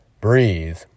breathe